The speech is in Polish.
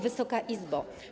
Wysoka Izbo!